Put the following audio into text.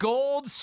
Gold